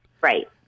Right